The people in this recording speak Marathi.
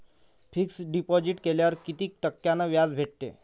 फिक्स डिपॉझिट केल्यावर कितीक टक्क्यान व्याज भेटते?